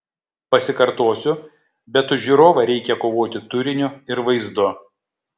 pasikartosiu bet už žiūrovą reikia kovoti turiniu ir vaizdu